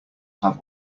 have